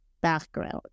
background